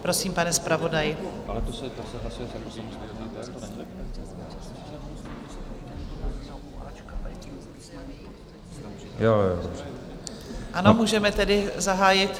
Prosím, pane zpravodaji, můžeme tedy zahájit.